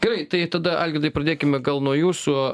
gerai tai tada algirdai pradėkime gal nuo jūsų